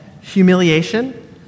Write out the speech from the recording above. humiliation